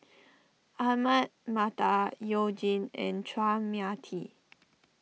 Ahmad Mattar You Jin and Chua Mia Tee